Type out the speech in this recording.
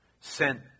sent